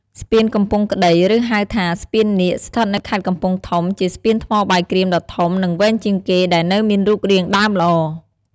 ស្ពានកំពង់ក្ដី ឬហៅថា ស្ពាននាគ ស្ថិតនៅខេត្តកំពង់ធំ ជាស្ពានថ្មបាយក្រៀមដ៏ធំ និងវែងជាងគេ ដែលនៅមានរូបរាងដើមល្អ។